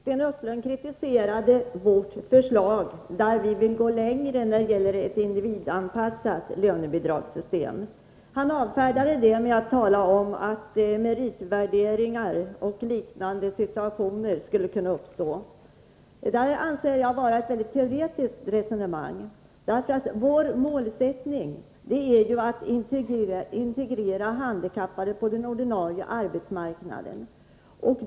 Herr talman! Sten Östlund kritiserade vårt förslag. Vi vill gå längre när det gäller ett individanpassat lönebidragssystem. Sten Östlund avfärdade detta med att tala om att meritvärderingsoch liknande situationer skulle kunna uppstå. Jag anser detta vara väldigt teoretiska resonemang. Vår målsättning är ju att integrera arbetshandikappade på den ordinarie arbetsmarknaden.